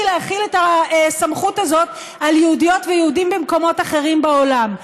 להחיל את הסמכות הזאת על יהודיות ויהודים במקומות אחרים בעולם.